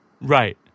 Right